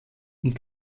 und